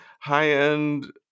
high-end